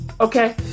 Okay